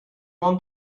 want